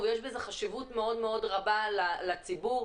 יש בזה חשיבות מאוד רבה לציבור,